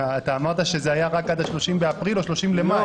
אתה אמרת שזה היה רק עד ה-30 באפריל או 30 במאי.